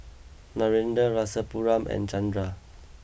Narendra Rasipuram and Chanda